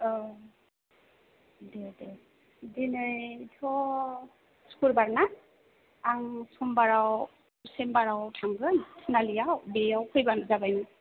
औ दे दे दिनैथ' सुक्रबारना आं समबाराव सेम्बाराव थांगोन थिनालियाव बेयाव फैबानो जाबाय नों